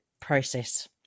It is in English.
process